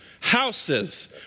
houses